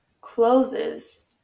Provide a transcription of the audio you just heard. closes